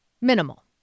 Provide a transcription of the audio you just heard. Minimal